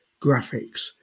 graphics